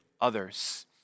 others